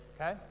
Okay